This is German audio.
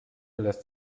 lässt